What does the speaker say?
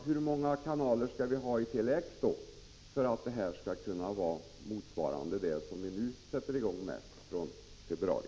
Hur många kanaler skall vi ha i Tele-X för att det skall motsvara det som vi sätter i gång med från februari?